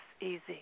easy